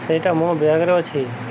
ସେଇଟା ମୋ ବ୍ୟାଗ୍ରେ ଅଛି